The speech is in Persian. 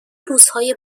روزهای